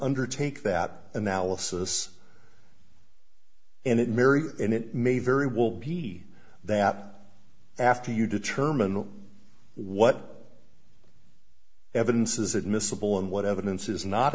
undertake that analysis and it mary and it may very well be that after you determine what evidence is admissible and what evidence is not